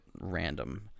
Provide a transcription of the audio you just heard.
random